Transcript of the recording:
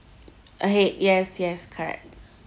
ahead yes yes correct